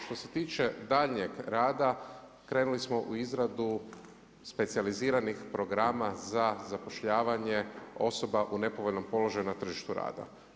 Što se tiče daljnjeg rada krenuli smo u izradu specijaliziranih programa za zapošljavanje osoba u nepovoljnom položaju na tržištu rada.